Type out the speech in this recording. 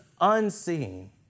unseen